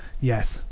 yes